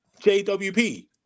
JWP